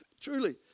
Truly